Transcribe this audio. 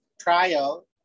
trial